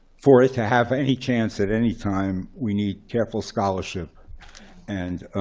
for it to have any chance at any time, we need careful scholarship and